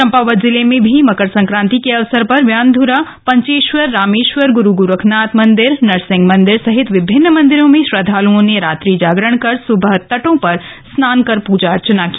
चम्पावत जिले में भी मकर संक्रांति के अवसर पर व्यानध्रा पंचेश्वर रामेश्वर गुरुगोरखनाथ मन्दिर नरसिंह मन्दिर सहित विभिन्न मन्दिरो में श्रद्वालुओं ने रात्रि जागरण कर सुबह तटों में स्नान कर पूजा अर्चना की